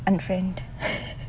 unfriend